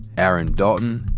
aaron dalton,